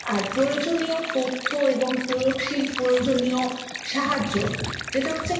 আর প্রয়োজনীয় তথ্য এবং প্রয়োগশীল প্রয়োজনীয় সাহায্য যেটা হচ্ছে